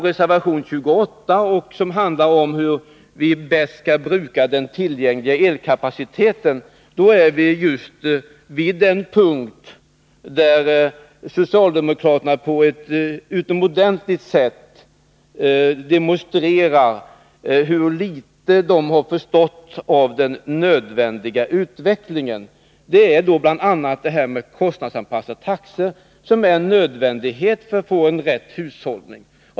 Reservation 28 behandlar frågan hur vi bäst skall bruka den tillgängliga elkapaciteten. På den här punkten demonstrerar socialdemokraterna på ett utomordentligt sätt hur litet de har förstått av den nödvändiga utvecklingen. Det gäller bl.a. frågan om kostnadsanpassade taxor som är nödvändiga för en rätt hushållning.